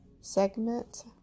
segment